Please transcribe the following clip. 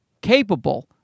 capable